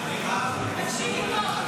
תקשיב לי טוב.